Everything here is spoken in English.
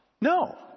No